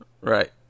Right